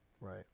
Right